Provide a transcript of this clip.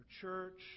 church